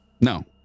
no